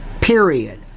Period